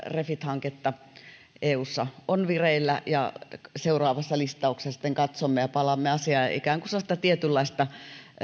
refit hanketta eussa on vireillä ja seuraavassa listauksessa sitten katsomme ja palaamme asiaan ikään kuin sellaista tietynlaista